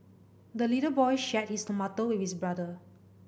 the little boy shared his tomato with his brother